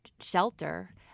shelter